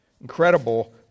Incredible